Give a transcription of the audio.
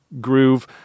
Groove